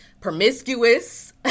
promiscuous